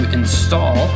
install